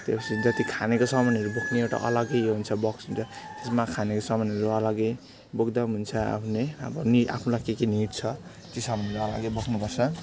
त्योपछि जति खानेको सामानहरू बोक्ने एउटा अलगै यो हुन्छ बक्स हुन्छ त्यसमा खानेको सामानहरू अलगै बोक्दा पनि हुन्छ आफ्नै अब नि आफूलाई के के निड छ त्यो चाहिँ हामीले अलगै बोक्नु पर्छ